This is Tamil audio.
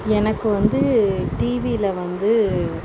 எனக்கு வந்து டிவியில வந்து